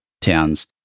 towns